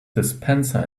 dispenser